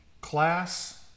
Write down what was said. class